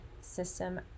system